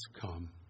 come